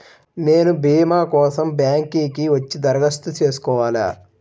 నేను భీమా కోసం బ్యాంక్కి వచ్చి దరఖాస్తు చేసుకోవాలా?